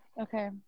Okay